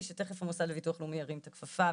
תיכף המוסד לביטוח לאומי ירים את הכפפה,